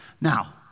Now